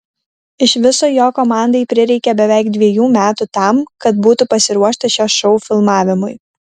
iš viso jo komandai prireikė beveik dviejų metų tam kad būtų pasiruošta šio šou filmavimui